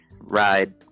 ride